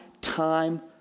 time